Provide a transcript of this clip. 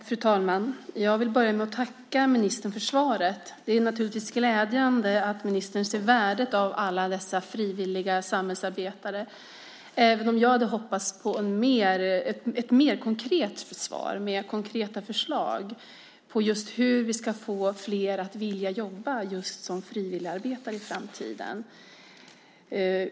Fru talman! Jag vill börja med att tacka ministern för svaret. Det är naturligtvis glädjande att ministern ser värdet av alla dessa frivilliga samhällsarbetare även om jag hade hoppats på ett mer konkret svar med konkreta förslag om just hur vi ska få fler att vilja jobba som frivilligarbetare i framtiden.